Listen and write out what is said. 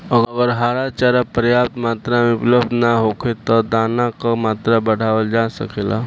अगर हरा चारा पर्याप्त मात्रा में उपलब्ध ना होखे त का दाना क मात्रा बढ़ावल जा सकेला?